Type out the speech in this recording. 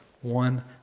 one